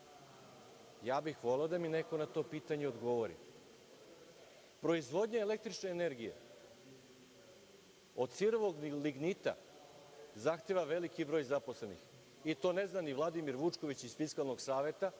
Ja bih voleo da mi neko na to pitanje odgovori. Proizvodnja električne energije od sirovog lignita zahteva veliki broj zaposlenih, i to ne zna ni Vladimir Vučković iz Fiskalnog saveta,